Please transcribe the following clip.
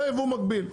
זה ייבוא מקביל,